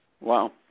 Wow